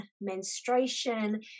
menstruation